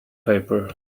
paper